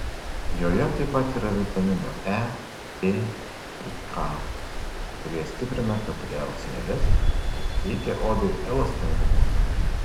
joje taip pat yra vitaminų e p ir k kurie stiprina kapiliarų sieneles ir teikia odai elastingumo